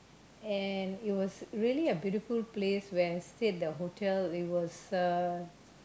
and it was really a beautiful place where I stayed the hotel it was uh